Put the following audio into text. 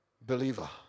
believer